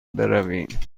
برویم